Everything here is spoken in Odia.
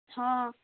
ହଁ